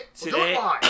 today